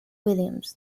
williams